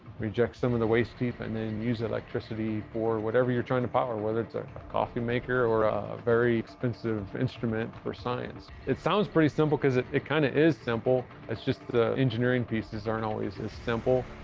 reject some of the waste heat, and then use the electricity for whatever you're trying to power, whether it's a coffee maker or a very expensive instrument for science. it sounds pretty simple because it it kind of is simple. it's just the engineering pieces aren't always simple.